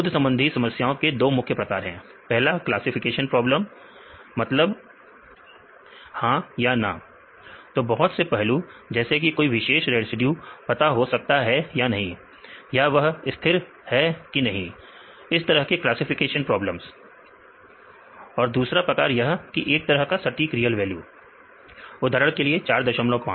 शोध संबंधी समस्याओं के दो मुख्य प्रकार हैं पहला क्लासिफिकेशन प्रॉब्लम मतलब हां या ना तो बहुत से पहले जैसे कि कोई विशेष रेसिड्यू पता हो सकता है या नहीं यह वह स्थिर है कि नहीं इस तरह का क्लासिफिकेशन प्रॉब्लम और दूसरा प्रकार एक तरह का सटीक रियल वैल्यू उदाहरण के लिए 45